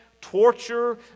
torture